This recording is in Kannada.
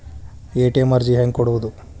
ಎ.ಟಿ.ಎಂ ಅರ್ಜಿ ಹೆಂಗೆ ಕೊಡುವುದು?